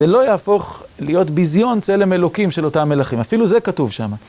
זה לא יהפוך להיות ביזיון צלם אלוקים של אותם מלכים, אפילו זה כתוב שמה.